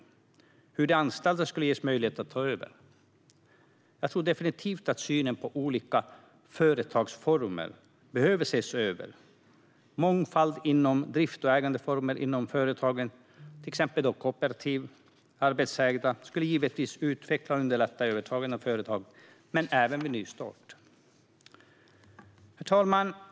Skulle de anställda kunna ges möjlighet att ta över? Jag tror definitivt att synen på olika företagsformer behöver ses över. Mångfald inom drift och ägandeformer för företagande, till exempel kooperativ och arbetstagarägda företag, skulle givetvis utveckla och underlätta övertagande av företag men även vid nystart. Herr talman!